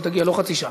לא בתוך חצי שעה.